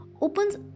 opens